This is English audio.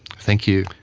thank you.